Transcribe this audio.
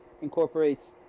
incorporates